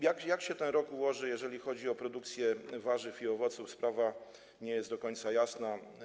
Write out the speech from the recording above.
Jak się ten rok ułoży, jeżeli chodzi o produkcję warzyw i owoców, sprawa nie jest do końca jasna.